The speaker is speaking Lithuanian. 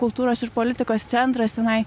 kultūros ir politikos centras tenai